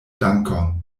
dankon